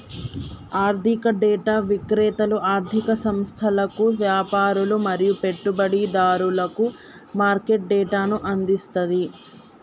ఆర్థిక డేటా విక్రేతలు ఆర్ధిక సంస్థలకు, వ్యాపారులు మరియు పెట్టుబడిదారులకు మార్కెట్ డేటాను అందిస్తది